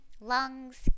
lungs